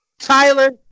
Tyler